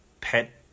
pet